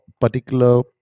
particular